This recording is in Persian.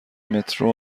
مترو